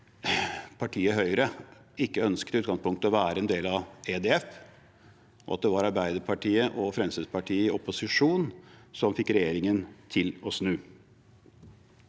at partiet Høyre ikke ønsket i utgangspunktet å være en del av EDF, og at det var Arbeiderpartiet og Fremskrittspartiet i opposisjon som fikk regjeringen til å snu.